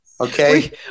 Okay